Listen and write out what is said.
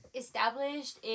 established